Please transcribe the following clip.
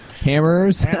hammers